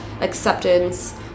acceptance